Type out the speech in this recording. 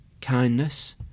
kindness